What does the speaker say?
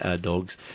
dogs